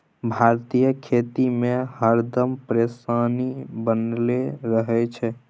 भारतीय खेती में हरदम परेशानी बनले रहे छै